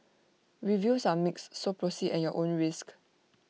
reviews are mixed so proceed at your own risk